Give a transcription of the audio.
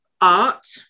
art